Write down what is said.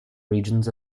regions